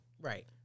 Right